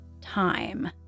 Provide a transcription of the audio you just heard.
time